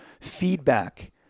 feedback